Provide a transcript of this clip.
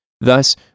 Thus